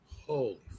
Holy